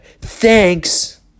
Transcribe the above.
Thanks